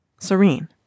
serene